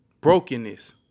brokenness